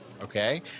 Okay